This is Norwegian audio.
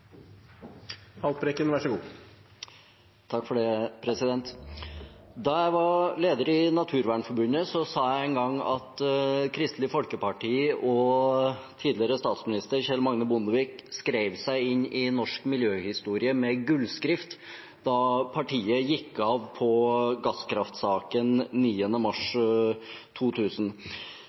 Da jeg var leder i Naturvernforbundet, sa jeg en gang at Kristelig Folkeparti og tidligere statsminister Kjell Magne Bondevik skrev seg inn i norsk miljøhistorie med gullskrift da partiet gikk av på gasskraftsaken den 9. mars 2000.